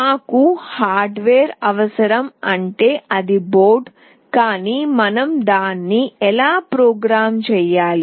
మాకు హార్డ్వేర్ అవసరం అంటే అది బోర్డు కానీ మనం దాన్ని ఎలా ప్రోగ్రామ్ చేయాలి